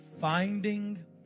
finding